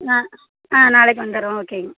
நான் ஆ நாளைக்கு வந்துடுறோம் ஓகேங்க